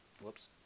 Whoops